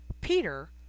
Peter